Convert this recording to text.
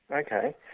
Okay